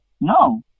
No